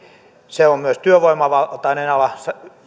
se on myös työvoimavaltainen ala se